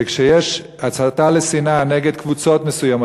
וכשיש הסתה לשנאה נגד קבוצות מסוימות,